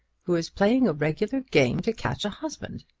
who is playing a regular game to catch a husband.